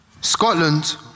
Scotland